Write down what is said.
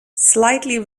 slightly